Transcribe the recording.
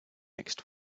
next